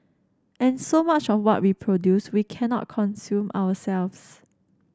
and so much of what we produce we cannot consume ourselves